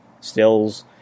stills